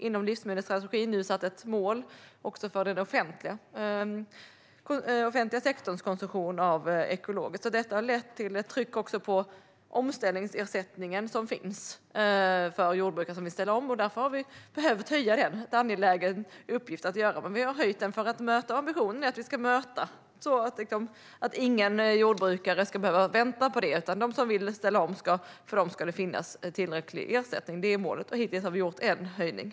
Inom livsmedelsstrategin har vi satt ett mål för den offentliga sektorns konsumtion av ekologiskt. Det har även lett till ett tryck på den omställningsersättning som finns för jordbrukare som vill ställa om. Vi har därför behövt höja den, vilket har varit en angenäm uppgift att göra. Vi har höjt den för att möta behovet, och vår ambition är att ingen jordbrukare ska behöva vänta på detta. För dem som vill ställa om ska en tillräcklig ersättning finnas. Det är målet. Hittills har vi gjort en höjning.